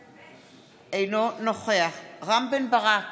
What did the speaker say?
אינו נוכח רם בן ברק,